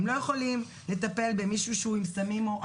הם לא יכולים לטפל במישהו שהוא פסיכוטי.